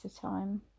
time